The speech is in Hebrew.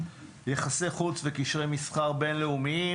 יחסי חוץ וקשרי מסחר בין-לאומיים.